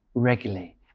regularly